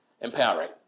empowering